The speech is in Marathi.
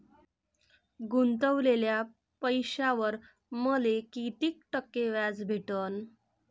गुतवलेल्या पैशावर मले कितीक टक्के व्याज भेटन?